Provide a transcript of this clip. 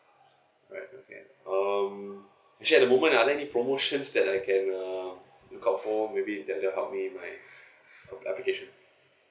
alright okay um actually at the moment are there any promotions that I can um look out for maybe that that help me with my application